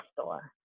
store